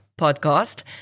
podcast